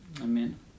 amen